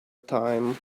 time